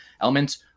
elements